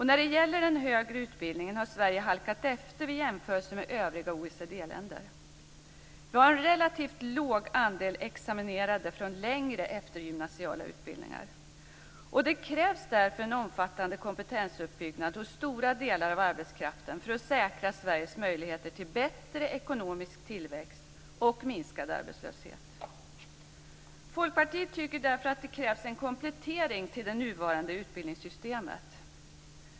När det gäller den högre utbildningen har Sverige halkat efter i jämförelse med övriga OECD-länder. Vi har en relativt låg andel examinerade från längre eftergymnasiala utbildningar. Det krävs därför en omfattande kompetensuppbyggnad hos stora delar av arbetskraften för att säkra Sveriges möjligheter till bättre ekonomisk tillväxt och minskad arbetslöshet. Folkpartiet tycker därför att det krävs en komplettering till det nuvarande utbildningssystemet.